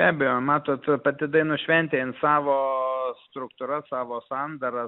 be abejo matot pati dainų šventė ji savo struktūra savo sandara